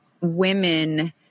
women